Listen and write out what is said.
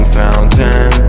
fountain